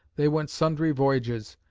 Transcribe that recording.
they went sundry voyages,